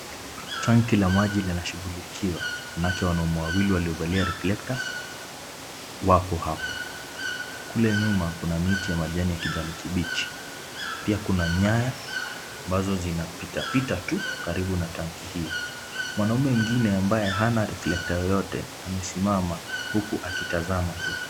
Tanki la maji lina shughulikiwa. Wanawake na wanaume wawili waliovalia reflector wapo hapo. Kule nyuma kuna miti ya majani ya kijani kibichi. Pia kuna nyaya ambazo zinapita pita tu karibu na tanki hiyo. Mwanaume mwingine ambaye hana reflector yoyote amesimama huku akitazama tu.